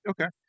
Okay